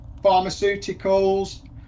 pharmaceuticals